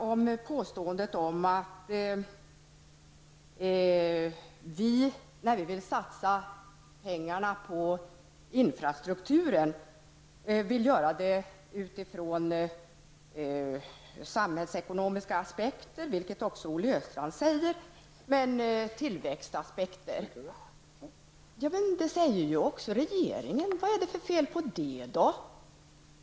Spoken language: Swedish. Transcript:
Olle Östrand sade vidare att vi när det gäller att satsa pengar på infrastrukturen vill göra det utifrån samhällsekonomiska aspekter -- vilket Olle Östrand också anser -- och tillväxtaspekter. Det säger också regeringen. Vad är det för fel med det?